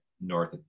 North